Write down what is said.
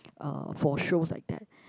uh for shows like that